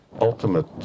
ultimate